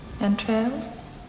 entrails